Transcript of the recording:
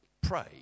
pray